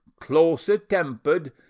closer-tempered